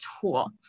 tool